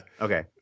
Okay